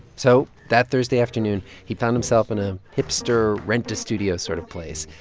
so that thursday afternoon, he found himself in a hipster rent-a-studio sort of place,